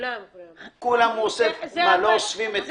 פעם היו אוספים את